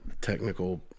Technical